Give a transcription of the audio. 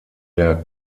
der